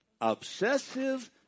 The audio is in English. Obsessive